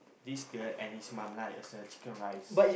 this girl and his mum right is the chicken-rice